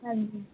ਹਾਂਜੀ